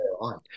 on